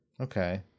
Okay